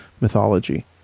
mythology